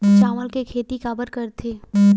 चावल के खेती काबर करथे?